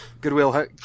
Goodwill